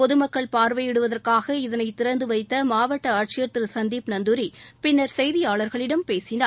பொதுமக்கள் பார்வையிடுவதற்காக இதனை திறந்து வைத்த மாவட்ட ஆட்சியர் திரு சந்தீப் நந்துாரி பின்னர் செய்தியாளர்களிடம் பேசினார்